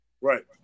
right